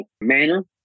manner